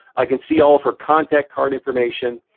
i can see all of her contact card information.